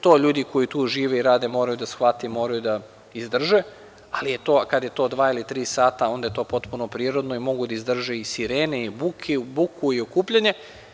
To ljudi koji tu žive i rade more da shvate, moraju da izdrže, ali kada je to dva ili tri sata, onda je to potpuno prirodno i mogu da izdrže i sirene i buku i okupljanje.